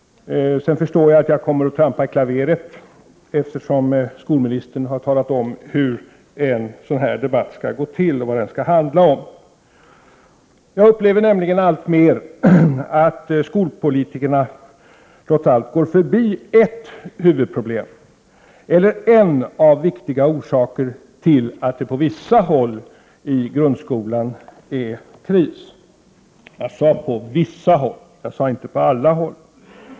Jag förstår att jag kommer att trampa i klaveret eftersom skolministern talat om hur en sådan här debatt skall gå till och vad den skall handla om. Jag upplever nämligen alltmer att skolpolitiker går förbi ett huvudproblem och en viktig orsak till att det på vissa håll i grundskolan råder kris — jag sade på vissa håll, inte på alla.